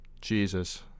Jesus